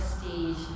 prestige